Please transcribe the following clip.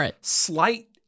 slight